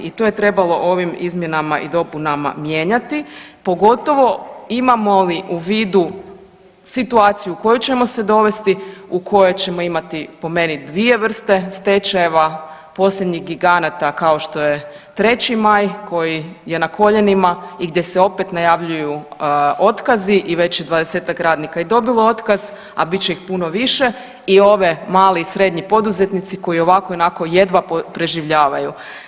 I to je trebalo ovim izmjenama i dopunama mijenjati pogotovo imamo li u vidu situaciju u koju ćemo se dovesti u kojoj ćemo imati po meni dvije vrste stečajeva posljednjih giganata kao što 3. maj koji je na koljenima i gdje se opet najavljuju otkazi i već je 20-ak radnika i dobilo otkaz, a bit će ih puno više i ove mali i srednji poduzetnici koji i ovako i onako jedva preživljavaju.